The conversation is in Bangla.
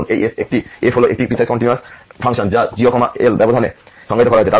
ধরুন এই f হল একটি পিসওয়াইস কন্টিনিউয়াস ফাংশন যা 0 L ব্যবধান এ সংজ্ঞায়িত করা হয়েছে